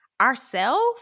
ourself